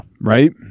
Right